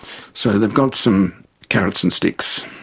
so they've got some carrots and sticks.